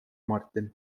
martin